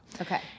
Okay